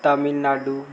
Tamil Nadu